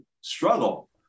struggle